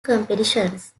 competitions